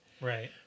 Right